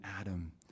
Adam